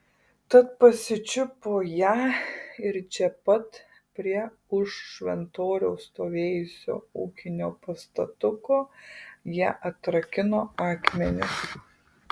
tad pasičiupo ją ir čia pat prie už šventoriaus stovėjusio ūkinio pastatuko ją atrakino akmeniu